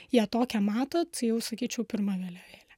ją tokią matot jau sakyčiau pirma vėliavėlė